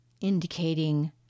indicating